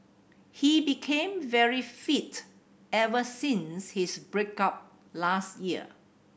he became very fit ever since his break up last year